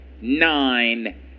Nine